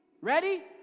Ready